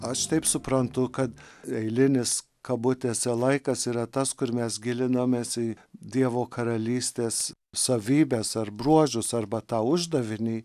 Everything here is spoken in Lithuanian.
aš taip suprantu kad eilinis kabutėse laikas yra tas kur mes gilinamės į dievo karalystės savybes ar bruožus arba tą uždavinį